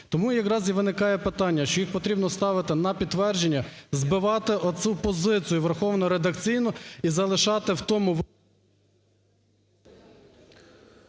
Тому якраз і виникає питання, що їх потрібно ставити на підтвердження, збивати оцю позицію "враховано редакційно" і залишати у тому…